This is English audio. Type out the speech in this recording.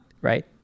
right